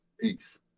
Peace